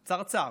צרצר,